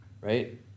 right